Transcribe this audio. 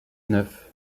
neuf